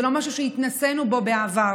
זה לא משהו שהתנסינו בו בעבר.